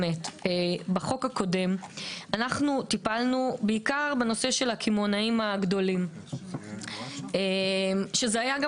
בחוק הקודם טיפלנו בעיקר בנושא של הקמעונאים הגדולים שהיה גם